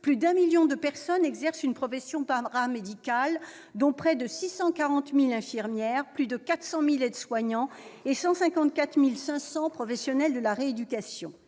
plus de 1 million de personnes exercent une profession paramédicale, soit près de 640 000 infirmiers, plus de 400 000 aides-soignants et 154 500 professionnels de la rééducation.